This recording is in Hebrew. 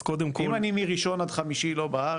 אז קודם כל --- אם אני מראשון עד חמישי לא בארץ,